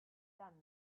done